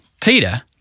Peter